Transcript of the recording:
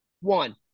One